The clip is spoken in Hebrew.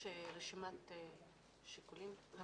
יש רשימת שיקולים?